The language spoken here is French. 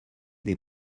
des